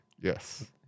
Yes